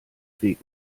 weg